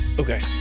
Okay